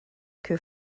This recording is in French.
que